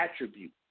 Attribute